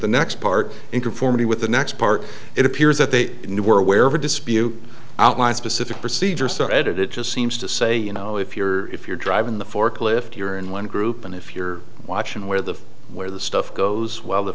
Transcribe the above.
the next part in conformity with the next part it appears that they knew were aware of a dispute outline specific procedures to edit it just seems to say you know if you're if you're driving the forklift you're in one group and if you're watching where the where the stuff goes w